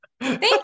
thank